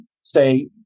say